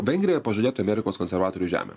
vengrija pažadėtų amerikos konservatorių žemę